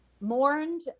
mourned